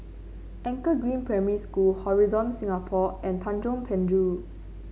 Anchor Green Primary School Horizon Singapore and Tanjong Penjuru